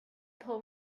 pull